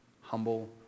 Humble